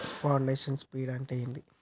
Foundation seeds అంటే ఏంటి?